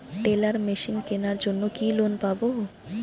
Teller machine কেনার জন্য কি লোন পাব?